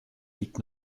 liegt